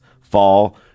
fall